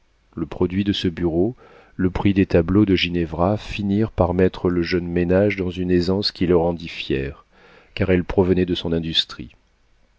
le produit de ce bureau le prix des tableaux de ginevra finirent par mettre le jeune ménage dans une aisance qui le rendit fier car elle provenait de son industrie